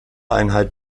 einheit